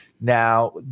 Now